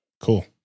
Cool